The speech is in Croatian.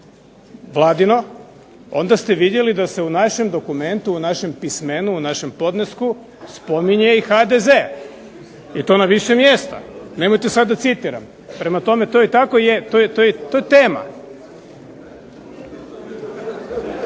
Vladino, onda ste vidjeli da se u našem dokumentu, u našem pismenu, u našem podnesku spominje i HDZ i to na više mjesta. Nemojte sad da citiram. Prema tome, to i tako